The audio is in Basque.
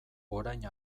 orain